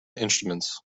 instruments